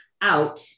out